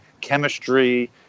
chemistry